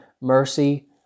mercy